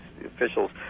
officials